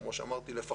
כמו שאמרתי, לפחות.